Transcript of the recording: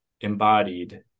embodied